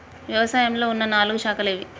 వ్యవసాయంలో ఉన్న నాలుగు శాఖలు ఏవి?